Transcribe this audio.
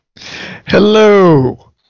Hello